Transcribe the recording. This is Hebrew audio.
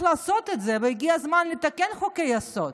לעשות את זה והגיע הזמן לתקן חוקי-יסוד,